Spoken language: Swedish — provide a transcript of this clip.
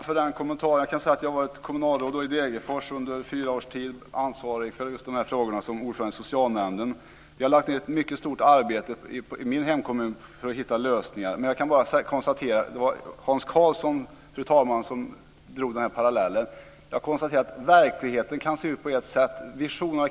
Fru talman! Jag tackar gärna för den kommentaren. Jag har varit kommunalråd i Degerfors under fyra års tid och som ordförande i socialnämnden ansvarig för dessa frågor. Vi har lagt ned ett mycket stort arbete i min hemkommun för att hitta lösningar. Men det var Hans Karlsson som drog denna parallell. Jag konstaterar bara att verkligheten kan se ut på ett annat sätt än visionerna.